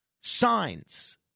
Signs